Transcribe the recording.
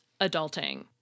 adulting